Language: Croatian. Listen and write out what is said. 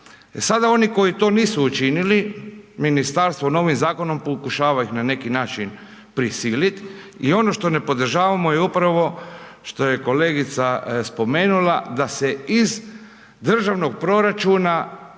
sada oni koji to nisu učinili ministarstvo novim zakonom pokušava ih na neki način prisiliti i ono što ne podržavamo je upravo što je kolegica spomenula da se iz državnog proračuna